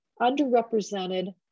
underrepresented